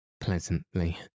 pleasantly